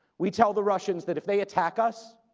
we tell the russians that if they attack us,